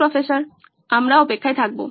professor 2 আমরা অপেক্ষায় থাকবো